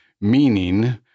meaning